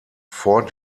vor